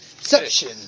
section